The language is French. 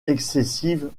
excessive